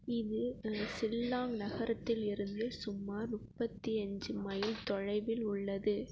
இது சில்லாங் நகரத்தில் இருந்து சுமார் முப்பத்தி அஞ்சு மைல் தொலைவில் உள்ளது